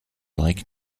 like